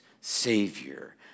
savior